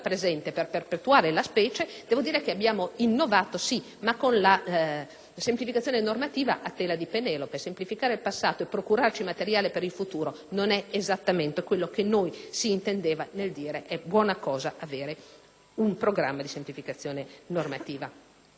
semplificazione normativa a tela di Penelope: semplificare il passato e procurarci materiale per il futuro non è esattamente quello che noi si intendeva nel dire che è buona cosa avere un programma di semplificazione normativa. Vengo all'efficienza, che è il secondo aspetto. Il punto prima reca,